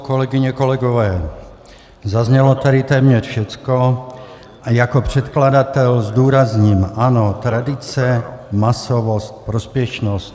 Kolegyně, kolegové, zaznělo tady téměř všecko a jako předkladatel zdůrazním: ano, tradice, masovost, prospěšnost.